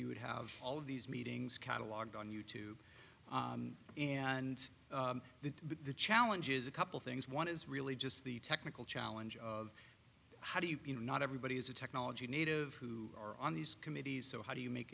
would have all of these meetings catalogued on you tube and that the challenge is a couple things one is really just the technical challenge of how do you you know not everybody is a technology native who are on these committees so how do you make